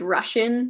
Russian